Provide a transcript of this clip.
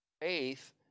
faith